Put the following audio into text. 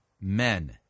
men